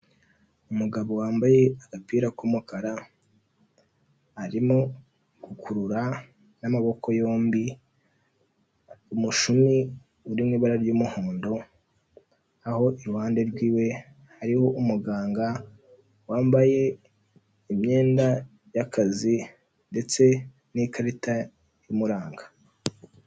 Umugabo wambaye agapira k'umukara arimo gukurura n'amaboko yombi umushumi uri mu ibara ry'umuhondo, aho iruhande rw'iwe hariho umuganga wambaye imyenda y'akazi ndetse n'ikarita imuranga.